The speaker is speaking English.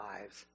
lives